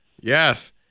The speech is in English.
Yes